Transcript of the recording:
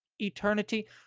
Eternity